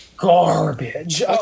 Garbage